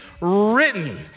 written